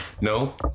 no